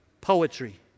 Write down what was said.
poetry